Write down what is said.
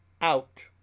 Out